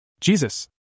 Jesus